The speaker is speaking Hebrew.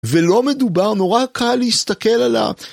ולא מדובר, נורא קל להסתכל עליו.